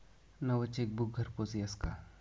नवं चेकबुक घरपोच यस का?